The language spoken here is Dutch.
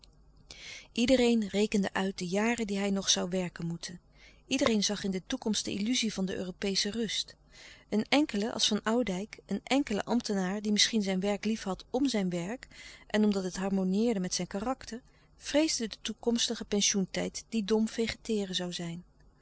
iedereen rekende uit de jaren die hij nog zoû werken moeten iedereen zag in de toekomst louis couperus de stille kracht de illuzie van de europeesche rust een enkele als van oudijck een ènkele ambtenaar die misschien zijn werk liefhad m zijn werk en omdat het harmonieerde met zijn karakter vreesde den toekomstigen pensioen tijd die dom vegeteeren zoû zijn